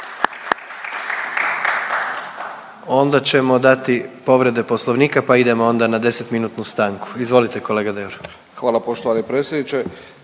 Hvala poštovani predsjedniče.